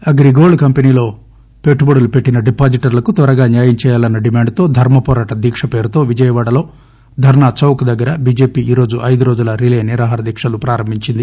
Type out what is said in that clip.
అగ్రీగోల్ల్ కంపెనీలో పెట్టుబడి పెట్టిన డిపాజిటర్లకు త్వరగా న్యాయం చేయాలన్న డిమాండ్తో దర్శపోరాట దీక పేరుతో విజయవాడలో ధర్నాచౌక్ దగ్గర బిజెపి ఈరోజు అయిదు రోజుల రిలే నిరాహారదీక ప్రారంభించింది